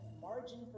margin